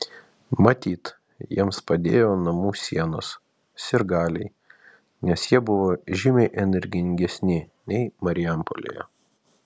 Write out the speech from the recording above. matyt jiems padėjo namų sienos sirgaliai nes jie buvo žymiai energingesni nei marijampolėje